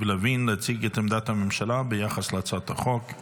לוין להציג את עמדת הממשלה ביחס להצעת החוק,